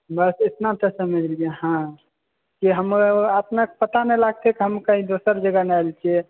बस इतना समझिलिऔ हॅं से हमर अपनेके पता नहि लागतै से कही हम दोसर जगह मे आयल छियै